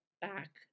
back